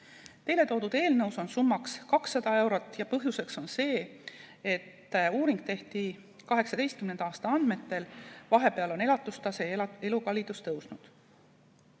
Teile toodud eelnõus on summa 200 eurot ja põhjuseks on see, et uuring tehti 2018. aasta andmete põhjal. Vahepeal on elatustase ja elukallidus tõusnud.